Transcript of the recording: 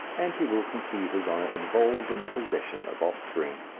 and he will conceive his honour involved in the possession of offspring.